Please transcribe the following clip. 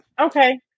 Okay